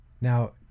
now